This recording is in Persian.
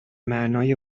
معنای